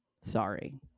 Sorry